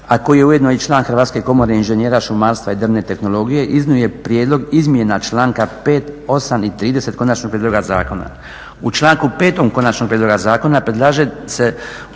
a koji je ujedno i član Hrvatske komore inžinjera šumarstva i drvene tehnologije, iznio je prijedlog izmjena članka 5., 8. i 30. konačnog prijedloga zakona. U članku 5. konačnog prijedloga zakona predlaže se